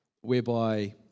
whereby